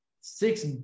six